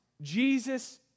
Jesus